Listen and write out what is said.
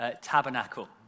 tabernacle